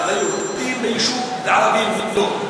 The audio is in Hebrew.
להקים ליהודים יישוב, לערבים, לא.